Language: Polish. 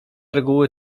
reguły